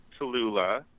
Tallulah